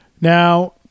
Now